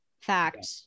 fact